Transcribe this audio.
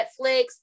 Netflix